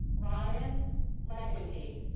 ryan leckenby.